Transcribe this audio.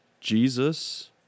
Jesus